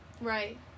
right